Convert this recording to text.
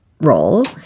role